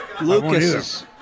Lucas